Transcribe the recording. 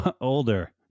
Older